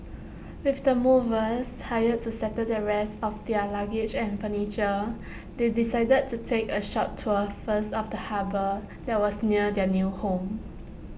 with the movers hired to settle the rest of their luggage and furniture they decided to take A short tour first of the harbour that was near their new home